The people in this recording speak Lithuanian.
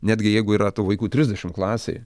netgi jeigu yra tų vaikų trisdešim klasėj